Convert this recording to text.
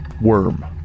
worm